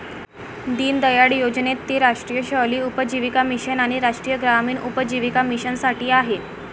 दीनदयाळ योजनेत ती राष्ट्रीय शहरी उपजीविका मिशन आणि राष्ट्रीय ग्रामीण उपजीविका मिशनसाठी आहे